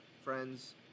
friends